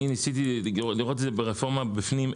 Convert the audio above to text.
אני ניסיתי לראות ברפורמה בפנים,